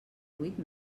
vuit